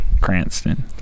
Cranston